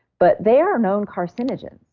but they are known carcinogens.